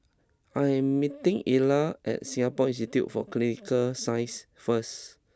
I am meeting Ella at Singapore Institute for Clinical Sciences first